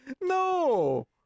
no